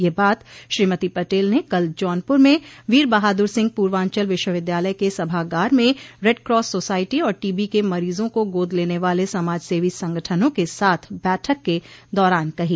यह बात श्रीमती पटेल ने कल जौनपुर में वीर बहादुर सिंह पूर्वांचल विश्वविद्यालय के सभागार में रेडक्रास सोसायटी और टीबी के मरीजों को गोद लेने वाले समाजसेवी संगठनों के साथ बैठक के दौरान कही